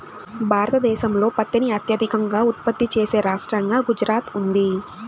భారతదేశంలో పత్తిని అత్యధికంగా ఉత్పత్తి చేసే రాష్టంగా గుజరాత్ ఉంది